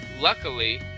luckily